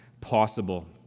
possible